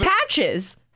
patches